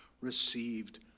received